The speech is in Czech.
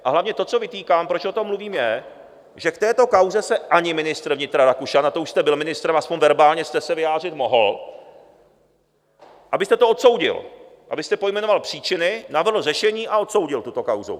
A hlavně to, co vytýkám, proč o tom mluvím, je, že k této kauze se ani ministr vnitra Rakušan, a to už jste byl ministrem, aspoň verbálně jste se vyjádřit mohl, abyste to odsoudil, abyste pojmenoval příčiny, navrhl řešení a odsoudil tuto kauzu.